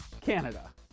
Canada